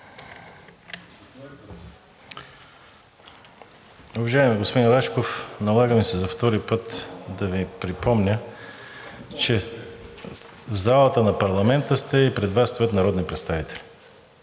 Уважаеми господин Рашков, налага ми се за втори път да Ви припомня, че сте в залата на парламента и пред Вас стоят народни представители.